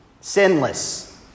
sinless